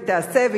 והיא תיעשה,